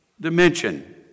dimension